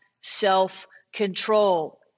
self-control